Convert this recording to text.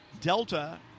delta